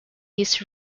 his